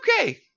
okay